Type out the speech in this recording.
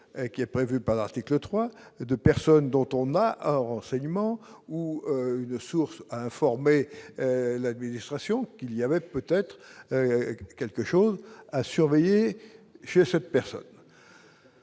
qui est prévue par l'article 3 de personnes dont on a alors enseignement ou une source informée, l'administration, qu'il y avait peut-être quelque chose à surveiller chez cette personne.